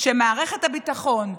שמערכת הביטחון,